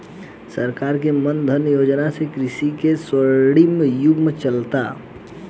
सरकार के मान धन योजना से कृषि के स्वर्णिम युग चलता